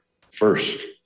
first